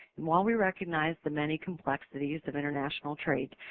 and while we recognize the many complexities of international trade,